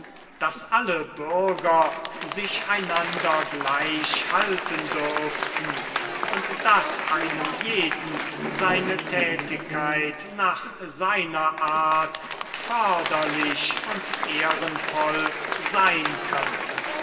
daß alle bürger sich einander gleich halten dürften und daß einem jeden seine tätigkeit nach seiner art förderlich und ehrenvoll sein könne